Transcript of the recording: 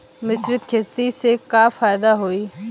मिश्रित खेती से का फायदा होई?